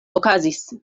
okazis